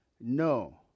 No